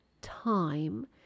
time